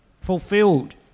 fulfilled